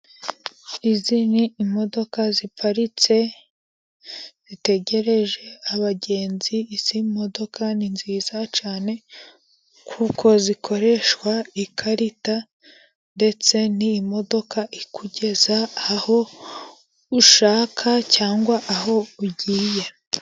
Izi n'imodoka ziparitse zitegereje abagenzi, izi modoka ni nziza cyane kuko zikoresha ikarita, ndetse n'imodoka zikugeza aho ushaka cyangwa aho ugiye.